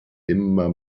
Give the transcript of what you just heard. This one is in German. immer